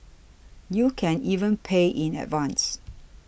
you can even pay in advance